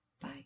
Bye